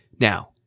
Now